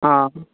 ஆ